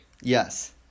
Yes